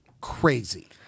crazy